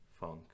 funk